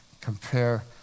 compare